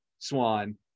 Swan